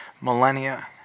millennia